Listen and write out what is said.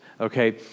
okay